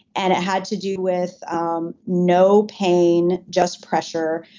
and it had to do with um no pain, just pressure.